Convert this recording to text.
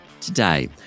today